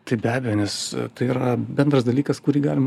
taip be abejo nes tai yra bendras dalykas kurį galima